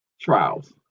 trials